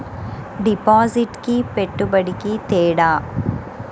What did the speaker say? డిపాజిట్కి పెట్టుబడికి తేడా?